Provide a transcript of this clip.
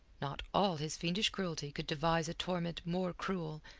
not all his fiendish cruelty could devise a torment more cruel,